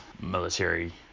military